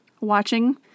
watching